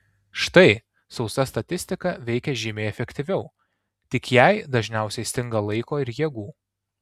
štai sausa statistika veikia žymiai efektyviau tik jai dažniausiai stinga laiko ir jėgų